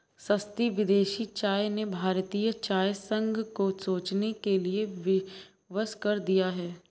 सस्ती विदेशी चाय ने भारतीय चाय संघ को सोचने के लिए विवश कर दिया है